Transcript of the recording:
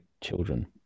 children